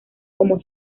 como